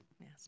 Yes